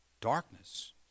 darkness